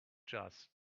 just